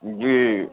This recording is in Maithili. जी